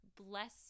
bless